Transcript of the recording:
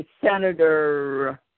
Senator